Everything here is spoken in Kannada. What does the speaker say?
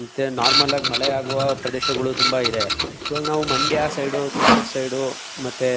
ಮತ್ತೆ ನಾರ್ಮಲ್ಲಾಗಿ ಮಳೆ ಆಗುವ ಪ್ರದೇಶಗಳು ತುಂಬ ಇದೆ ಇವಾಗ ನಾವು ಮಂಡ್ಯ ಸೈಡು ತುಮ್ಕೂರು ಸೈಡು ಮತ್ತೆ